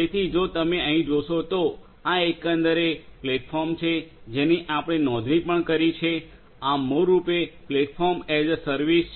તેથી જો તમે અહીં જોશો તો આ એકંદરે પ્લેટફોર્મ છે જેની આપણે નોંધણી પણ કરી છે આ મૂળરૂપે પ્લેટફોર્મ એઝ એ સર્વિસ